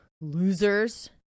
losers